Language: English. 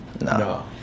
no